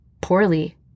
poorly